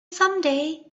someday